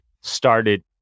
started